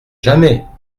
jamais